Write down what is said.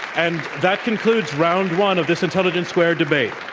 and that concludes round one of this intelligence squared debate.